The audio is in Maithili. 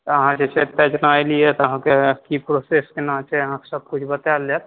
तऽ अहाँ जे छै एतय जेना एलियै तऽ अहाँके की प्रॉसेस केना छै अहाँके सब किछु बतायल जायत